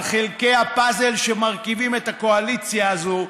חלקי הפאזל שמרכיבים את הקואליציה הזו.